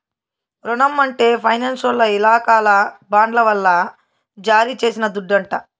రునం అంటే ఫైనాన్సోల్ల ఇలాకాల బాండ్ల వల్ల జారీ చేసిన దుడ్డంట